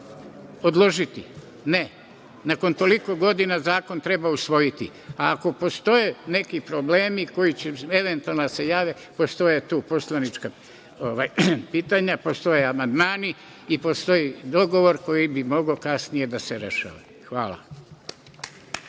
odložiti. Ne. Nakon toliko godina zakon treba usvojiti. Ako postoje neki problemi koji će eventualno da se jave postoje tu poslanička pitanja, postoje amandmani i postoji dogovor koji bi mogao kasnije da se rešava. Hvala.